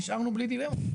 נשארנו בלי דילמה.